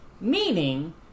Meaning